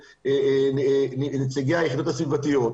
נציגי היחידות הסביבתיות,